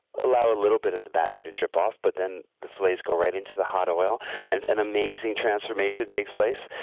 allow a little bit of the batter to drip off but then the filets go right into the hot oil and an amazing transformation takes place.